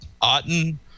Otten